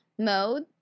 mode